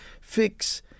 fix